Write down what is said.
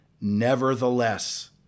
nevertheless